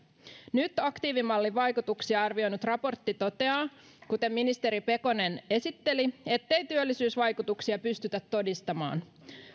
nyt aktiivimallin vaikutuksia arvioinut raportti toteaa kuten ministeri pekonen esitteli ettei työllisyysvaikutuksia pystytä todistamaan